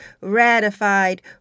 ratified